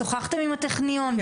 שוחחתם עם הטכניון?